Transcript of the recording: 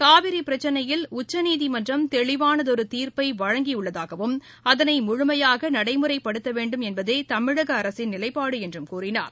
காவிரி பிரச்சினையில் உச்சநீதிமன்றம் தெளிவானதொரு தீர்ப்பை வழங்கியுள்ளதாகவும் அதனை முழுமையாக நடைமுறைப்படுத்தவேண்டும் என்பதே தமிழக அரசின் நிவைப்பாடு என்றும் கூறினார்